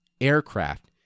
aircraft